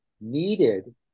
needed